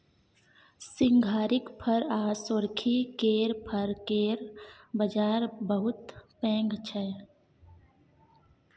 सिंघारिक फर आ सोरखी केर फर केर बजार बहुत पैघ छै